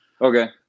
Okay